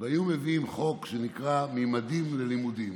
והיו מביאים חוק שנקרא ממדים ללימודים,